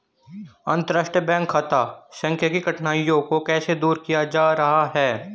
अंतर्राष्ट्रीय बैंक खाता संख्या की कठिनाइयों को कैसे दूर किया जा रहा है?